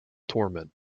torment